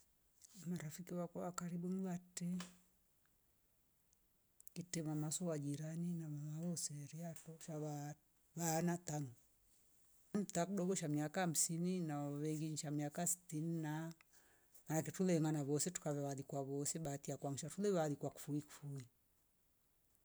Imnda rafiki wa kwa karibu lingate, kite mama su wajirani na mama uuseria toshava vaana tanu mta dogosha miaka hamsini na wengilisha miaka stini na vetrule nama vosetu tukavalikwa vose bahati ya kwa mshafule walika kufui kufui